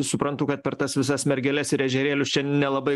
suprantu kad per tas visas mergeles ir ežerėlius čia nelabai